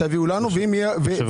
שיחזרו אלינו עם תשובה.